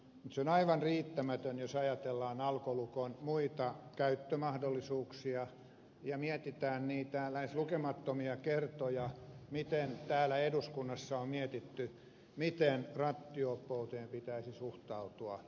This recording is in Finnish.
se on aivan riittämätön jos ajatellaan alkolukon muita käyttömahdollisuuksia ja mietitään niitä lähes lukemattomia kertoja kun täällä eduskunnassa on mietitty miten rattijuoppouteen pitäisi suhtautua